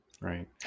Right